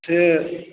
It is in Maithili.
से